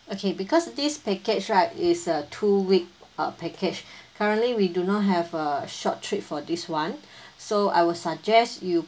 okay because this package right is a two week err package currently we do not have a short trip for this one so I would suggest you